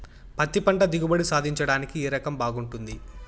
పత్తి పంట దిగుబడి సాధించడానికి ఏ రకం బాగుంటుంది?